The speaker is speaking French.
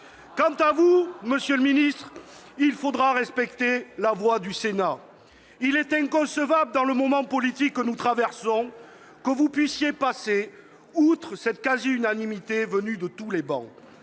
Quant à vous, monsieur le ministre, il vous faudra respecter la voix du Sénat. Il est inconcevable, dans le moment politique que nous traversons, que vous puissiez passer outre cette quasi-unanimité. Envoyer un message